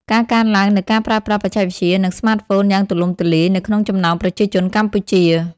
ការកើនឡើងនូវការប្រើប្រាស់បច្ចេកវិទ្យា និងស្មាតហ្វូនយ៉ាងទូលំទូលាយនៅក្នុងចំណោមប្រជាជនកម្ពុជា។